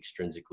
extrinsically